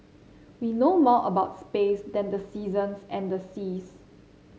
we know more about space than the seasons and the seas